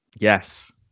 yes